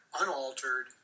unaltered